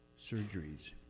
surgeries